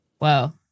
Wow